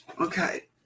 Okay